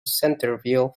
centerville